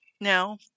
now